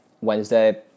Wednesday